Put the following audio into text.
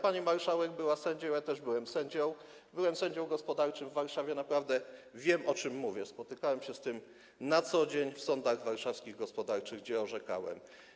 Pani marszałek była sędzią, ja też byłem sędzią, byłem sędzią gospodarczym w Warszawie, więc naprawdę wiem, o czym mówię, spotykałem się z tym na co dzień w warszawskich sądach gospodarczych, gdzie orzekałem.